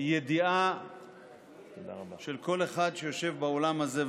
ידיעה של כל אחד שיושב באולם הזה,